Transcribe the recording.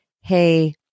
Hey